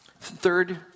Third